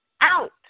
out